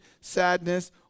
sadness